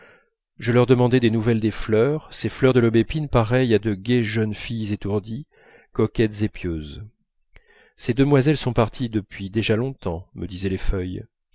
je leur demandai des nouvelles des fleurs ces fleurs de l'aubépine pareilles à de gaies jeunes filles étourdies coquettes et pieuses ces demoiselles sont parties depuis déjà longtemps me disaient les feuilles